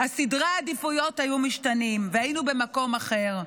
סדרי העדיפויות היו משתנים והיינו במקום אחר.